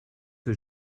que